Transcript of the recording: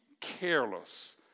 careless